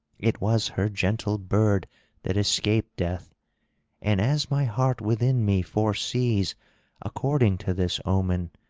it was her gentle bird that escaped death and as my heart within me foresees according to this omen,